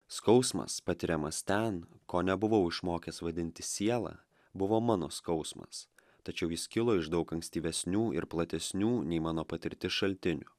skausmas patiriamas ten ko nebuvau išmokęs vadinti siela buvo mano skausmas tačiau jis kilo iš daug ankstyvesnių ir platesnių nei mano patirtis šaltinių